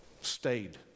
stayed